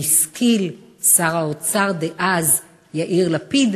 והשכיל שר האוצר דאז, יאיר לפיד,